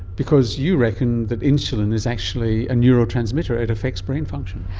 because you reckon that insulin is actually a neurotransmitter, it affects brain function.